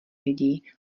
lidi